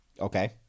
Okay